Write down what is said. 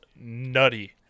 nutty